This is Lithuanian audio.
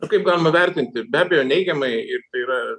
o kaip galima vertinti be abejo neigiamai ir tai yra